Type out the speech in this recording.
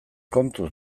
kontuz